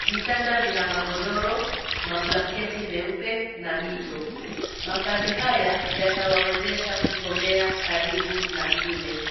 Vitanda vina magodoro, mablanketi meupe na mito. Makazi haya yatawawezesha kusomea karibu na shule.